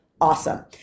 awesome